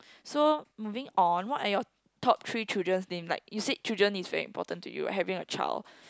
so moving on what are your top three children's name like you said children is very important to you having a child